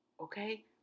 Okay